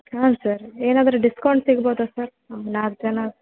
ಹಾಂ ಸರ್ ಏನಾದರು ಡಿಸ್ಕೌಂಟ್ ಸಿಗ್ಬೌದಾ ಸರ್ ನಾವು ನಾಲ್ಕು ಜನ